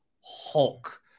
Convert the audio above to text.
Hulk